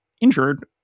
injured